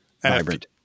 vibrant